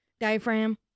diaphragm